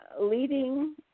leading